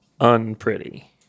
unpretty